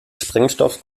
sprengstoff